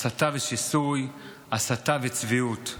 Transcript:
הסתה ושיסוי, הסתה וצביעות.